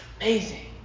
amazing